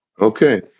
Okay